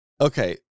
Okay